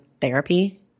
therapy